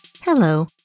Hello